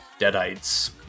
Deadites